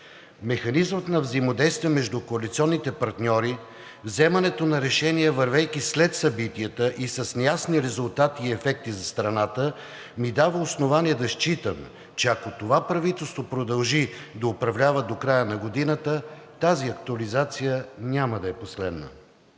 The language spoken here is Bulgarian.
Механизмът на взаимодействие между коалиционните партньори, взимането на решение, вървейки след събитията и с неясни резултати и ефекти за страната, ми дава основание да считам, че ако това правителство продължи да управлява до края на годината, тази актуализация няма да е последна.